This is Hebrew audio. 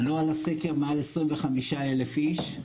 ענו על הסקר מעל 25,000 איש.